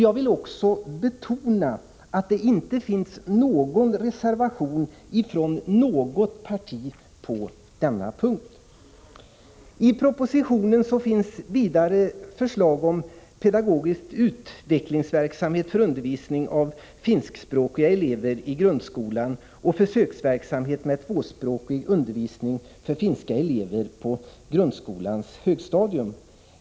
Jag vill också betona att det inte finns någon reservation på denna punkt. Vidare finns det i propositionen förslag om pedagogisk utvecklingsverksamhet för undervisning av finskspråkiga elever i grundskolan och försöksverksamhet med tvåspråkig undervisning för finska elever på grundskolans högstadium.